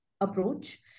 approach